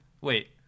Wait